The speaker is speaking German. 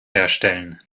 herstellen